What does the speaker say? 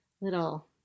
little